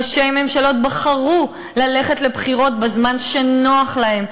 ראשי ממשלות בחרו ללכת לבחירות בזמן שנוח להם,